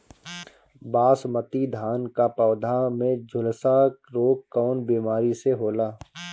बासमती धान क पौधा में झुलसा रोग कौन बिमारी से होला?